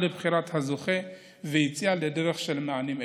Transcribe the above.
לבחירת הזוכה ויציאה לדרך של מענים אלו.